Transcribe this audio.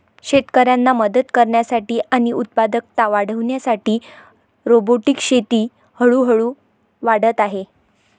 शेतकऱ्यांना मदत करण्यासाठी आणि उत्पादकता वाढविण्यासाठी रोबोटिक शेती हळूहळू वाढत आहे